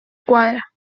cuadra